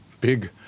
big